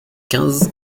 quinze